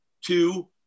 Two